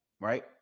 right